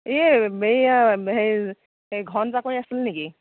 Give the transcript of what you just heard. এই এই ঘন জাকৈ আছিল নেকি